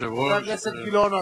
חבר הכנסת גילאון,